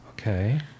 okay